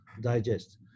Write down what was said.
digest